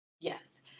Yes